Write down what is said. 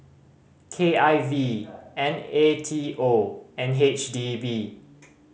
K I V N A T O and H D B